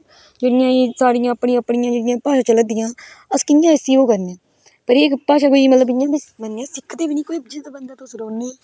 किने साडी अपनी अपनी पता चला दियां अस कियां इसी ओह् करने पर भाशा कोई सिक्खदे बी न जिस वंदे कन्ने तुस रौहने ओह्